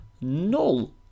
Null